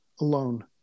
alone